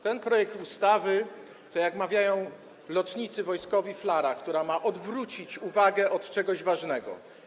Ten projekt ustawy, to, jak mawiają lotnicy wojskowi, flara, która ma odwrócić uwagę od czegoś ważnego.